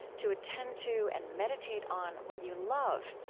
to attend to and meditate on what you love,